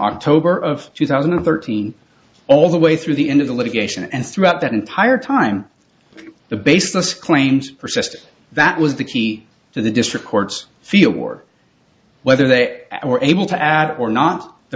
october of two thousand and thirteen all the way through the end of the litigation and throughout that entire time the baseless claims persist that was the key to the district court's feel or whether they were able to add or not the